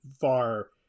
far